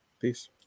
Peace